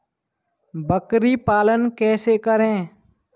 बकरी पालन कैसे करें?